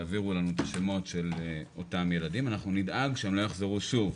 תעבירו לנו את השמות של אותם ילדים ואנחנו נדאג שהם לא יחזרו שוב.